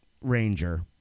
ranger